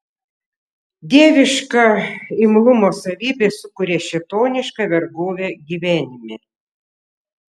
dieviška imlumo savybė sukuria šėtonišką vergovę gyvenime